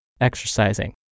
exercising